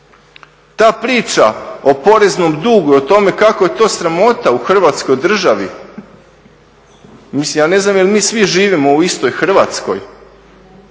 Ta priča o poreznom dugu i o tome kako je to sramota u Hrvatskoj državi mislim ja ne znam jel' mi svi živimo u istoj Hrvatskoj